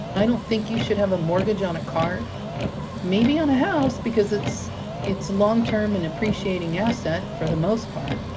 i don't think you should have a mortgage on a car maybe on a house because it's it's long term, an and appreciating asset for the most part.